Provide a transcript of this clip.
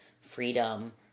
freedom